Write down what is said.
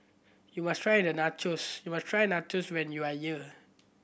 you must try the Nachos you must try Nachos when you are year